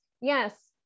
yes